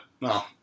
no